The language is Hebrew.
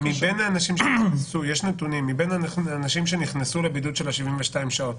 מבין האנשים שנכנסו לבידוד של ה-72 שעות,